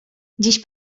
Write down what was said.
dziś